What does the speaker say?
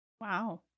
Wow